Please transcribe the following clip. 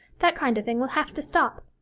that kind of thing will have to stop.